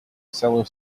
cellar